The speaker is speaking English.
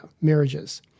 marriages